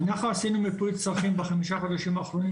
אנחנו עשינו מיפוי צרכים בחמישה חודשים האחרונים